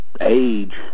age